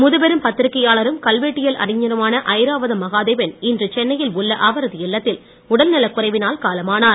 முதுபெரும் பத்திரிகையாளரும் கல்வெட்டியல் அறிஞருமான ஐராவதம் மகாதேவன் இன்று சென்னையில் உள்ள அவரது இல்லத்தில் உடல்நலக் குறைவினால் காலமானார்